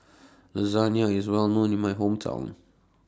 Lasagna IS Well known in My Hometown